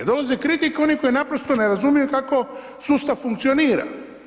Dolaze kritike onih koji naprosto ne razumiju kako sustav funkcionira.